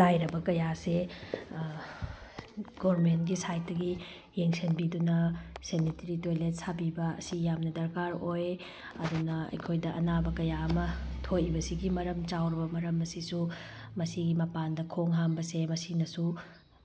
ꯂꯥꯏꯔꯕ ꯀꯌꯥꯁꯦ ꯒꯣꯔꯃꯦꯟꯒꯤ ꯁꯥꯏꯠꯇꯒꯤ ꯌꯦꯡꯁꯤꯟꯕꯤꯗꯨꯅ ꯁꯦꯅꯤꯇ꯭ꯔꯤ ꯇꯣꯏꯂꯦꯠ ꯁꯥꯕꯤꯕ ꯑꯁꯤ ꯌꯥꯝꯅ ꯗꯔꯀꯥꯔ ꯑꯣꯏ ꯑꯗꯨꯅ ꯑꯩꯈꯣꯏꯗ ꯑꯅꯥꯕ ꯀꯌꯥ ꯑꯃ ꯊꯣꯛꯏꯕꯁꯤꯒꯤ ꯃꯔꯝ ꯆꯥꯎꯔꯕ ꯃꯔꯝ ꯑꯁꯤꯁꯨ ꯃꯁꯤꯒꯤ ꯃꯄꯥꯟꯗ ꯈꯣꯡ ꯍꯥꯝꯕꯁꯦ ꯃꯁꯤꯅꯁꯨ